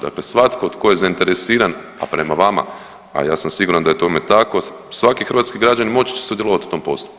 Dakle svatko tko je zainteresiran, a prema vama, a ja sam siguran da je tome tako, svaki hrvatski građanin moći će sudjelovati u tom postupku.